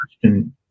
question